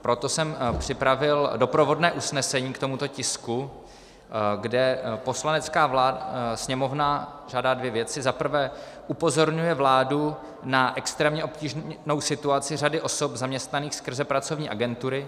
Proto jsem připravil doprovodné usnesení k tomuto tisku, kde Poslanecká sněmovna žádá dvě věci: za prvé upozorňuje vládu na extrémně obtížnou situaci řady osob zaměstnaných skrze pracovní agentury;